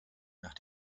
nach